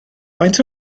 faint